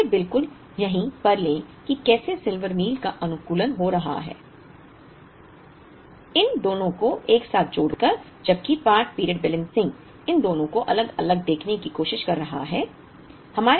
इसे बिल्कुल यहीं पर लें कि कैसे सिल्वर मील का अनुकूलन हो रहा है इन दोनों को एक साथ जोड़कर जबकि पार्ट पीरियड बैलेंसिंग इन दोनों को अलग अलग देखने की कोशिश कर रहा है